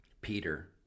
Peter